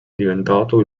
diventato